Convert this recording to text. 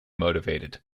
motivated